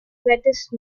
wettest